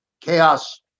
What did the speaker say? Chaos